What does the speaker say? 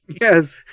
Yes